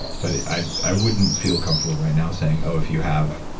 but i i wouldn't feel comfortable right now saying, oh, if you have